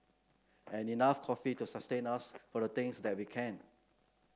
and enough coffee to sustain us for the things that we can